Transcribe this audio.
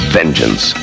vengeance